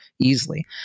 easily